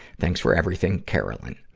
thanks for everything, carolyn.